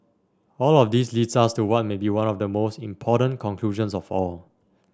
all of this leads us to what may be one of the most important conclusions of all